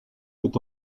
peut